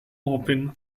open